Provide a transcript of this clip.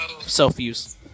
self-use